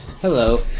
Hello